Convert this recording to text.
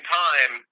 time